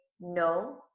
no